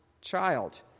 child